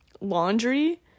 laundry